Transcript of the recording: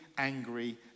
angry